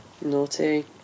Naughty